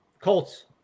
Colts